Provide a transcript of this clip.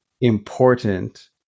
important